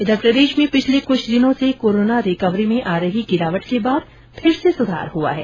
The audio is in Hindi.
इधर प्रदेश में पिछले क्छ दिनों से कोरोना रिकवरी में आ रही गिरावट के बाद फिर से सुधार हुआ है